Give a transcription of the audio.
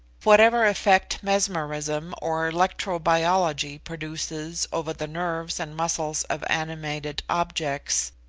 whatever effect mesmerism or electro-biology produces over the nerves and muscles of animated objects,